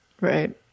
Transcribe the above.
Right